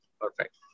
Perfect